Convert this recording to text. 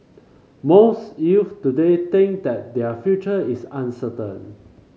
most youths today think that their future is uncertain